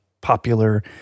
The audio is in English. popular